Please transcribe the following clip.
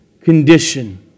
condition